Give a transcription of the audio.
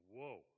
Whoa